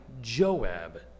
Joab